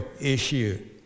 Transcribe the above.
issue